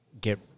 get